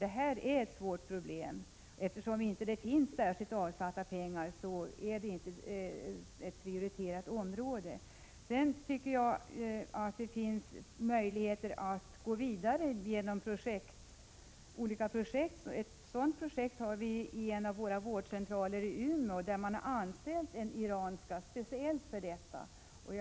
Det är ett svårt problem, och eftersom det inte finns några särskilt avsatta pengar är det inte ett prioriterat område. Sedan tycker jag det finns möjligheter att gå vidare genom olika projekt. Ett sådant projekt har vi i en av våra vårdcentraler i Umeå, där man har anställt en iranska speciellt för detta ändamål.